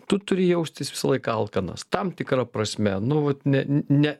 tu turi jaustis visąlaik alkanas tam tikra prasme nu vat ne ne